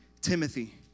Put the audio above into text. Timothy